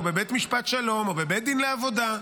או בבית משפט שלום או בבית דין לעבודה,